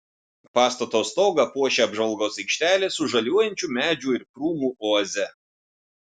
pastato stogą puošia apžvalgos aikštelė su žaliuojančių medžių ir krūmų oaze